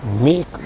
make